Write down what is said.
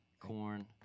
corn